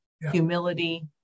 humility